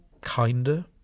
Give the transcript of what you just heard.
kinder